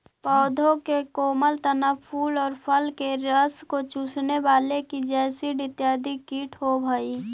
पौधों के कोमल तना, फूल और फल के रस को चूसने वाले की जैसिड इत्यादि कीट होवअ हई